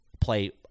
play